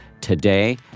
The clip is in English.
today